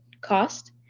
cost